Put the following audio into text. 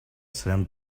seran